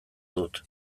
dut